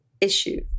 issue